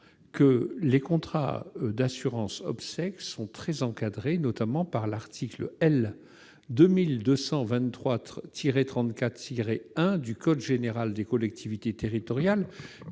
que les contrats d'assurance obsèques sont très encadrés, notamment par l'article L. 2223-34-1 du code général des collectivités territoriales.